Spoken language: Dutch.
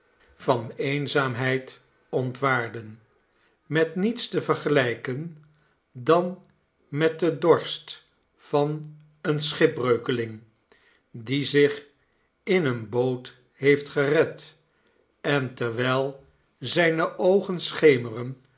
van eenzaamheid ontwaarden met niets te vergelijken dan met den dorst van een schipbreukeling die zich in eene boot heeft gered en terwijl zijne oogen schemeren